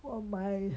我买